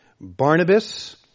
Barnabas